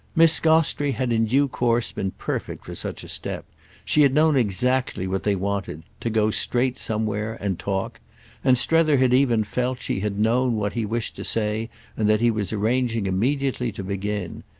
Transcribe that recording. miss gostrey had in due course been perfect for such a step she had known exactly what they wanted to go straight somewhere and talk and strether had even felt she had known what he wished to say and that he was arranging immediately to begin.